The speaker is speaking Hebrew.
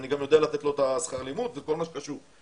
אני גם יודע לתת לו את שכר הלימוד וכל מה שקשור בזה.